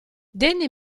danny